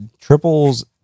Triples